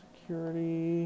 security